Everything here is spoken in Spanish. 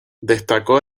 destacó